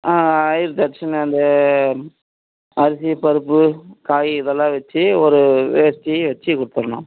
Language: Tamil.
ஐயரு தட்சிணை அது அரிசி பருப்பு காய் இதெல்லாம் வைச்சு ஒரு வேஷ்டி வைச்சி கொடுத்துர்ணும